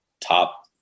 top